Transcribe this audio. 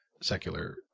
secular